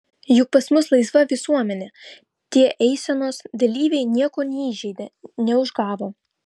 juk pas mus laisva visuomenė tie eisenos dalyviai nieko neįžeidė neužgavo